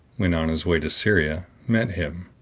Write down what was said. when on his way to syria, met him,